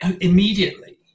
immediately